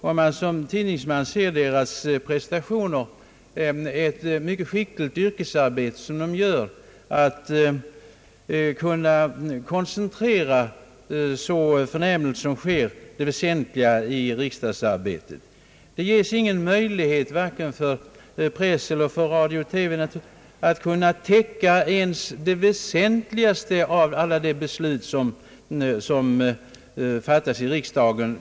Om jag som tidningsman ser på TT:s prestationer skulle jag vilja säga att det är ett mycket skickligt yrkesarbete att på så förnämligt sätt som sker kunna koncentrera det väsentliga i riksdagsarbetet. Det finns ingen möjlighet vare sig för press, radio eller TV att på ett mera fylligt sätt kunna täcka de beslut som fattas i riksdagen.